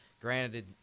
Granted